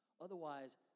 Otherwise